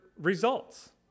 results